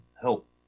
help